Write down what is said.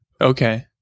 Okay